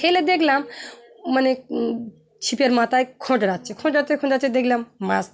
খেলে দেখলাম মানে ছিপের মাথায় খোঁটড়াচ্ছে খোঁটড়াচ্ছে খুঁচাচ্ছে দেখলাম মাস